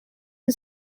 een